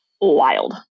wild